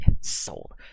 Sold